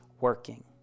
working